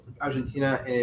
Argentina